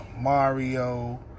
Mario